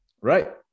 Right